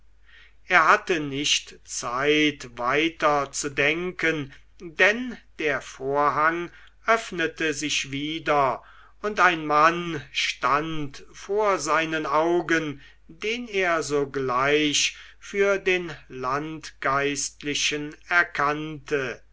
er hatte nicht zeit weiter zu denken denn der vorhang öffnete sich wieder und ein mann stand vor seinen augen den er sogleich für den landgeistlichen erkannte